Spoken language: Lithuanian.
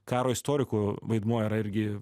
karo istorikų vaidmuo yra irgi